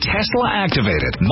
Tesla-activated